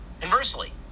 Conversely